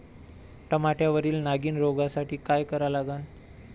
टमाट्यावरील नागीण रोगसाठी काय करा लागन?